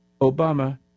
Obama